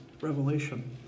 revelation